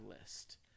list